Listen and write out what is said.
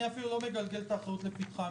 אני אפילו לא מגלגל את האחריות לפתחם.